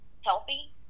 healthy